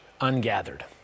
ungathered